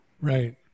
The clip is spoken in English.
Right